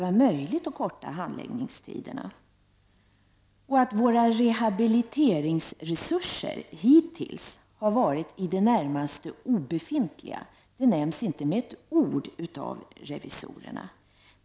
Att våra rehabiliteringsresurser hittills har varit i det närmaste obefintliga nämns inte med ett enda ord av revisorerna.